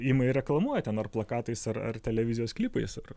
ima ir reklamuoja ten ar plakatais ar ar televizijos klipais ar